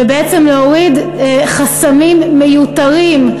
ולהסיר בעצם חסמים מיותרים,